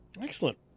Excellent